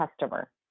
customer